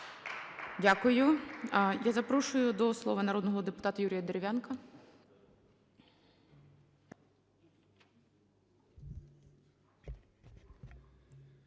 Дякую. Я запрошую до слова народного депутата Юрія Дерев'янка.